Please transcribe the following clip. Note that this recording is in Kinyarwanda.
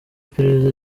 iperereza